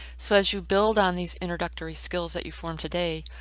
so as you build on these introductory skills that you form today,